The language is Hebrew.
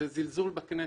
זה זלזול בכנסת.